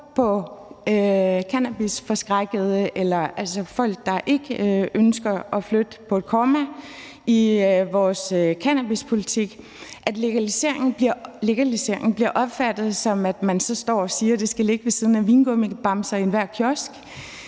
de cannabisforskrækkede, altså folk, der ikke ønsker at flytte på et komma i vores cannabispolitik, at legalisering bliver opfattet, som at man så står og siger, at det skal ligge ved siden af vingummibamserne i enhver kiosk,